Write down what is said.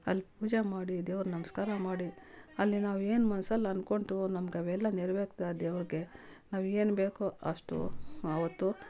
ಅಲ್ಲಿ ಪೂಜೆ ಮಾಡಿ ದೇವ್ರು ನಮಸ್ಕಾರ ಮಾಡಿ ಅಲ್ಲಿ ನಾವು ಏನು ಮನ್ಸಲ್ಲಿ ಅನ್ಕೊಂತಿವೋ ನಮ್ಗೆ ಅವೆಲ್ಲ ನೆರ್ವೇರ್ತಾ ದೇವರಿಗೆ ನಾವು ಏನು ಬೇಕೋ ಅಷ್ಟು ಆವತ್ತು